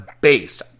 base